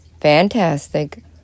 Fantastic